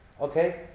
Okay